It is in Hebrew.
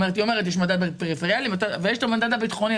היא אומרת: יש מדד פריפריאלי ויש את המדד הביטחוני.